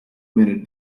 minute